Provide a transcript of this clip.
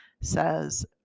says